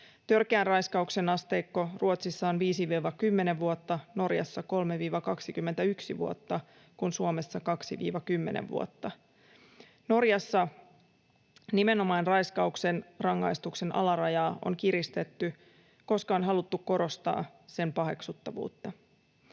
Törkeän raiskauksen asteikko Ruotsissa on 5—10 vuotta, Norjassa 3—21 vuotta, kun Suomessa se on 2—10 vuotta. Norjassa nimenomaan raiskauksen rangaistuksen alarajaa on kiristetty, koska on haluttu korostaa sen paheksuttavuutta.